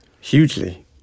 Hugely